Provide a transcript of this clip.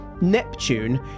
Neptune